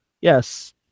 yes